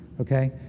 okay